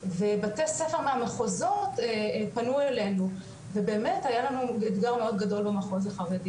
ובתי ספר מהמחוזות פנו אלינו ובאמת היה לנו אתגר מאוד גדול במחוז החרדי,